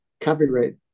copyright